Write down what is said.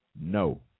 no